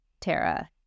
Tara